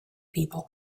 people